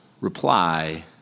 reply